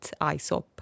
ISOP